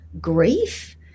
grief